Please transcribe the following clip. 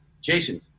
Jason